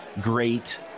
great